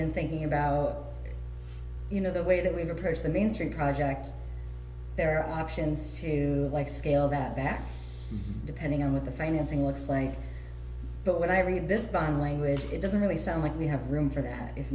been thinking about you know the way that we approach the mainstream project there are options to like scale that back depending on what the financing looks like but when i read this by language it doesn't really sound like we have room for that i